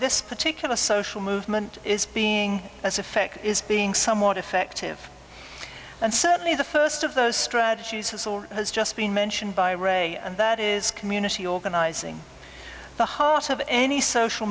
this particular social movement is being as effect is being somewhat effective and certainly the first of those strategies has or has just been mentioned by ray and that is community organizing the heart of any social